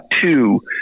two